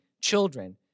children